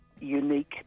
unique